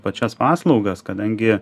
pačias paslaugas kadangi